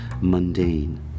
mundane